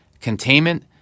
containment